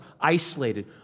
isolated